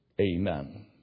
amen